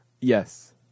Yes